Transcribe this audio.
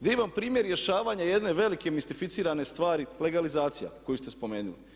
Divan primjer rješavanja jedne velike mistificirane stvari legalizacija koju ste spomenuli.